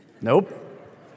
Nope